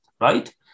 right